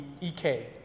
EK